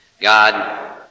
God